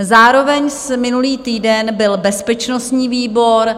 Zároveň minulý týden byl bezpečnostní výbor.